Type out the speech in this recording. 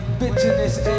bitterness